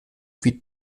wie